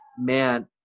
man